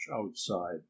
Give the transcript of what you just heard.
outside